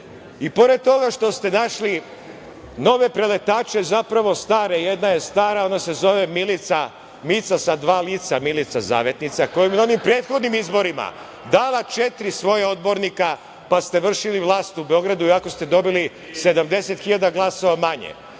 pored toga što ste našli nove preletače, zaprao stare, jedna je stara, ona se zove Milica, Mica sa dva lica, Milica zavetnica, koja je na onim prethodnim izborima dala četiri svoja odbornika, pa ste vršili vlast u Beogradu iako ste dobili 70.000 glasova manje,